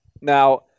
Now